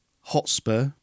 Hotspur